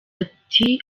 ati